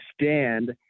stand